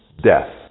death